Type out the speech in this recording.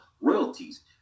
royalties